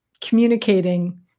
communicating